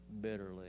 bitterly